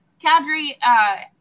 Kadri